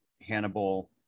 hannibal